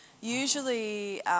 usually